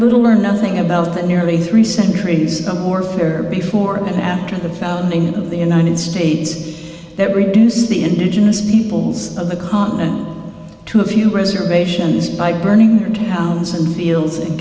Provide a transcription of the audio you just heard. little or nothing about the nearly three centuries a more fair before and after the founding of the united states that reduces the indigenous peoples of the continent to a few reservations by burning their towns and fields and